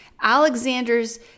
Alexander's